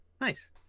Nice